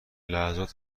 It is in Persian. لحظات